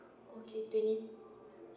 okay twenty